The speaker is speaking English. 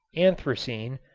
anthracene,